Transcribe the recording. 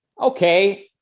Okay